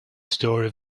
story